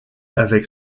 avec